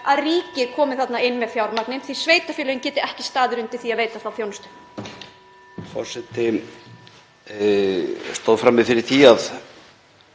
að ríkið komi þarna inn með fjármagn, því sveitarfélögin geta ekki staðið undir því að veita þá þjónustu.